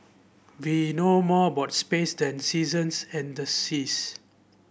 we know more about space than seasons and the seas